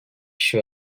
kişi